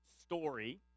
story